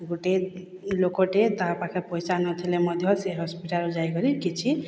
ଗୋଟିଏ ଲୋକଟିଏ ତା' ପାଖେ ପଇସା ନଥିଲେ ମଧ୍ୟ ସେ ହସ୍ପିଟାଲ ଯାଇକରି କିଛି